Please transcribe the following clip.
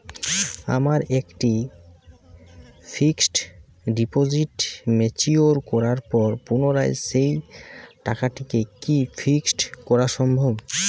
আমার একটি fixed deposit mature করার পর পুনরায় সেই টাকাটিকে কি ফিক্সড করা সম্ভব?